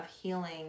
healing